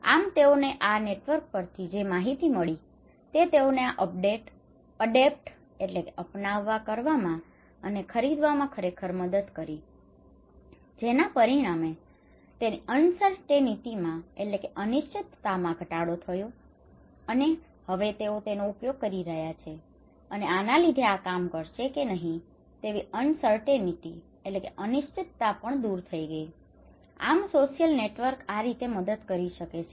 આમ તેઓને તેના આ નેટવર્ક પરથી જે માહિતી મળી તે તેઓને આ અડેપ્ટ adopt અપનાવવા કરવામાં અને ખરીદવામાં ખરેખર મદદ કરી જેના પરિણામે તેની અનસર્ટેનિટીમાં uncertainty અનિશ્ચિતતા ઘટાડો થયો અને હવે તેઓ તેનો ઉપયોગ કરી રહ્યા છે અને આના લીધે આ કામ કરશે કે નહીં તેવી અનસર્ટેનિટી uncertainty અનિશ્ચિતતા પણ દૂર થઈ ગઈ આમ સોશિયલ નેટવર્ક આ રીતે મદદ કરી શકે છે